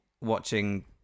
watching